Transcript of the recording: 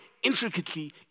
intricately